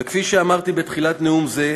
וכפי שאמרתי בתחילת נאום זה,